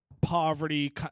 poverty